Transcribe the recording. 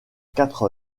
quatre